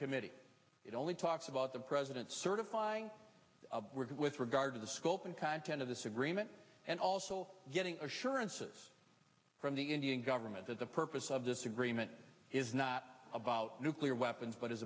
committee it only talks about the president certifying with regard to the scope and content of this agreement and also getting assurances from the indian government that the purpose of this agreement is not about nuclear weapons but is